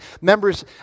members